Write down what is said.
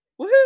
woohoo